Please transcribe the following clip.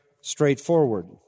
straightforward